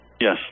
Yes